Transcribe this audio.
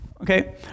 okay